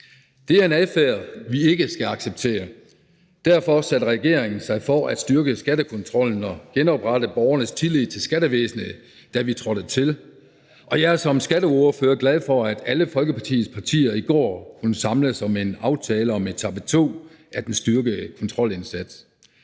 Det er en adfærd, vi ikke skal acceptere. Derfor satte regeringen sig for at styrke skattekontrollen og genoprette borgernes tillid til skattevæsenet, da den trådte til. Og jeg er som skatteordfører glad for, at alle Folketingets partier i går kunne samles om en aftale om etape 2 af den styrkede kontrolindsats,